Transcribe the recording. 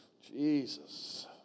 Jesus